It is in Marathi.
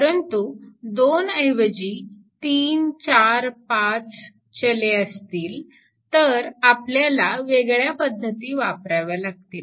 परंतु दोन ऐवजी तीन चार पाच चले असतील तर आपल्याला वेगळ्या पद्धती वापराव्या लागतील